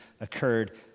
occurred